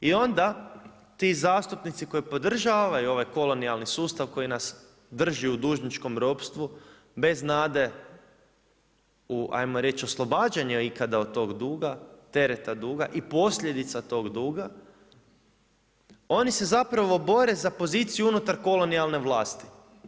I onda ti zastupnici koji podržavaju ovaj kolonijalni sustav koji nas drži u dužničkom ropstvu bez nade, u ajmo reći oslobađanja ikada od tog duga, tereta duga i posljedica tog duga, oni se zapravo bore za poziciju unutar kolonijalne vlasti.